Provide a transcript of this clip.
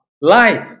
life